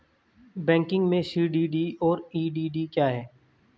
Banking में CDD और EDD क्या हैं?